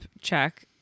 check